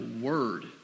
word